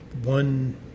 one